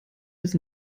bis